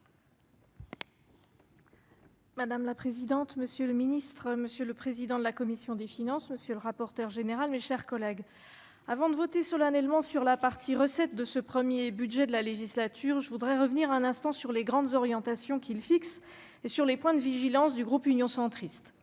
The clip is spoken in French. Madame la présidente, monsieur le ministre, monsieur le président de la commission des finances, monsieur le rapporteur général, mes chers collègues, avant de voter solennellement sur la partie recettes de ce 1er budget de la législature, je voudrais revenir un instant sur les grandes orientations qui le fixe et sur les points de vigilance du groupe Union centriste